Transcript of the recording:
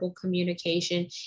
communication